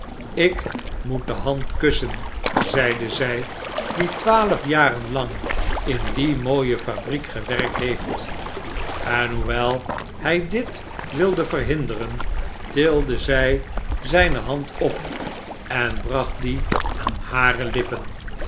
ik moet de hand kussen zeide zij die twaalf jaren lang in die mooie fabriek gewerkt heeft en hoewel hij dit wilde verhinderen tilde zij zijne hand op en bracht die aan hare lippen